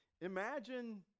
Imagine